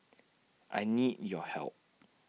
I need your help